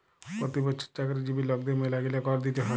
পতি বচ্ছর চাকরিজীবি লকদের ম্যালাগিলা কর দিতে হ্যয়